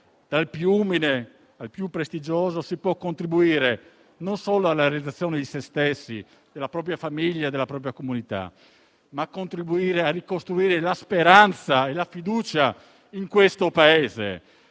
dal più umile al più prestigioso, che si può contribuire non solo alla realizzazione di se stessi, della propria famiglia e della propria comunità, ma anche a ricostruire la speranza e la fiducia in questo Paese